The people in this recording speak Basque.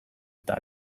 eta